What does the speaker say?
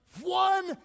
one